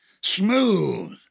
smooth